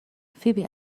فیبی